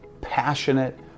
passionate